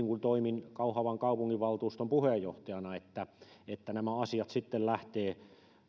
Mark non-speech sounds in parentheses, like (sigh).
(unintelligible) kun toimin kauhavan kaupunginvaltuuston puheenjohtajana että että nämä asiat sitten lähtevät